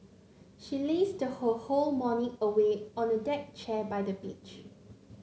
she lazed her whole morning away on a deck chair by the beach